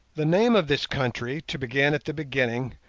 the name of this country, to begin at the beginning,